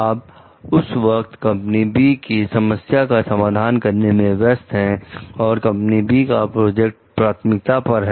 आप उस वक्त कंपनी "बी" की समस्या का समाधान करने में व्यस्त हैं और कंपनी " बी" का प्रोजेक्ट प्राथमिकता पर है